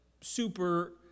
super